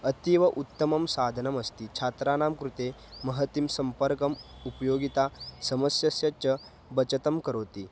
अतीव उत्तमं साधनमस्ति छात्राणां कृते महतीं सम्पर्कम् उपयोगिता समस्यस्य च बचतं करोति